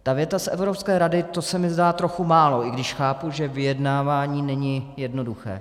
Ta věta z Evropské rady, to se mi zdá trochu málo, i když chápu, že vyjednávání není jednoduché.